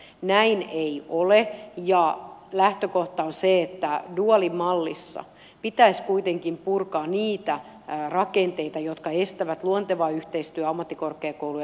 näin ei ole ja lähtökohta on se että duaalimallissa pitäisi kuitenkin purkaa niitä rakenteita jotka estävät luontevan yhteistyön ammattikorkeakoulun ja yliopiston välillä